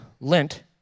lint